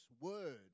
Word